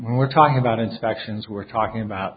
we're talking about inspections we're talking about